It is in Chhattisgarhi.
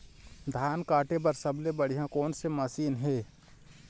धान काटे बर सबले बढ़िया कोन से मशीन हे?